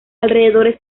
alrededores